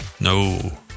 No